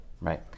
right